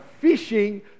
fishing